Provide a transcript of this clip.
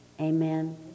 Amen